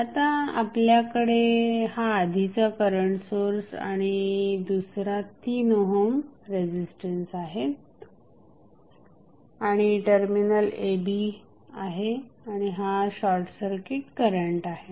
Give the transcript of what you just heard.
आता आपल्याकडे हा आधीचा करंट सोर्स आणि दुसरा 3 ओहम रेझिस्टन्स आहेत आणि टर्मिनल a b आहे आणि हा शॉर्टसर्किट करंट आहे